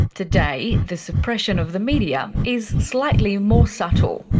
today, the suppression of the media is slightly more subtle.